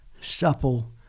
supple